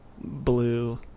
blue